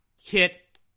hit